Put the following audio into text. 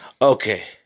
Okay